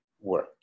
work